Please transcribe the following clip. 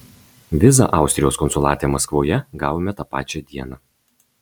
vizą austrijos konsulate maskvoje gavome tą pačią dieną